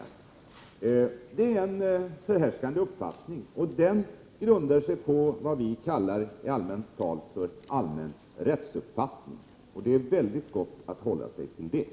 Det är en förhärskande uppfattning, och den grundar sig på vad vi i dagligt tal kallar den allmänna rättsuppfattningen. Det är väldigt gott att hålla sig till den.